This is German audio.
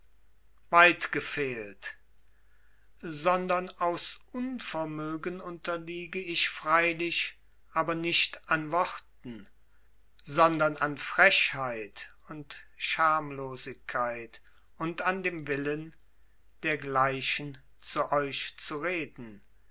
weit gefehlt sondern aus unvermögen unterliege ich freilich aber nicht an worten sondern an frechheit und schamlosigkeit und an dem willen dergleichen zu euch zu reden